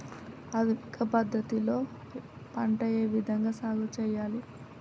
ఆధునిక పద్ధతి లో పంట ఏ విధంగా సాగు చేయాలి?